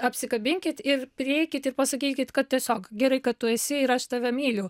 apsikabinkit ir prieikit ir pasakykit kad tiesiog gerai kad tu esi ir aš tave myliu